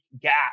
gap